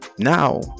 Now